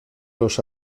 los